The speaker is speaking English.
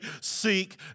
seek